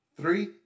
Three